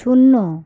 শূন্য